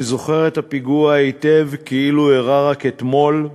אני זוכר את הפיגוע היטב, כאילו אירע רק אתמול.